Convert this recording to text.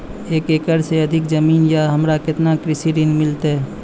एक एकरऽ से अधिक जमीन या हमरा केतना कृषि ऋण मिलते?